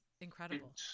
incredible